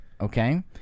Okay